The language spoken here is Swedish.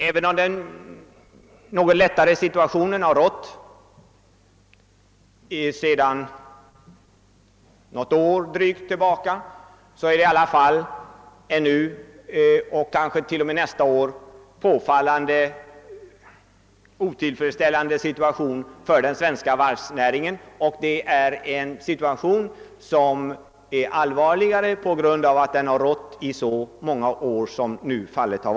även om en något lättare situation har rått sedan drygt något år tillbaka, är i alla fall situationen för den svenska varvsnäringen fortfarande påfallande otillfredsställande, och läget kan bli allvarligt på grund av att svårigheterna har varat i så många år.